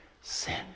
sin